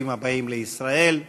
ברוכים הבאים לישראל.